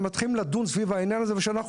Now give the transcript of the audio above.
מתחילים לדון סביב העניין הזה כשאנחנו